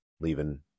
Leaving